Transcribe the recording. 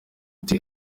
ati